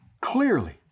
clearly